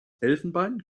elfenbein